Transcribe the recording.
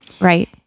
right